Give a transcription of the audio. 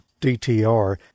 DTR